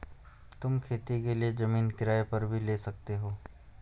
तुम खेती के लिए जमीन किराए पर भी ले सकते हो